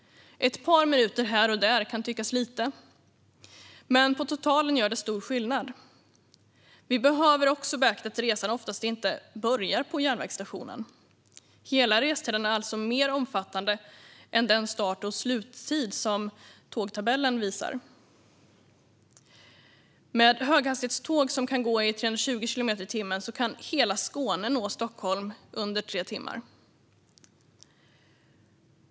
Ett par minuter här och där kan tyckas lite, men på totalen gör det stor skillnad. Vi behöver också beakta att resan oftast inte börjar på järnvägsstationen. Hela restiden är alltså mer omfattande än den tid från start till mål som tågtidtabellen visar. Med höghastighetståg som kan gå i 320 kilometer i timmen kan man från hela Skåne nå Stockholm på under tre timmar.